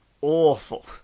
awful